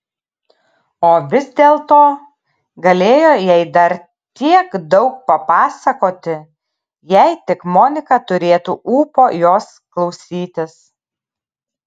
o vis dėlto galėjo jai dar tiek daug papasakoti jei tik monika turėtų ūpo jos klausytis